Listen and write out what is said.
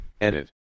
Edit